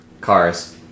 Cars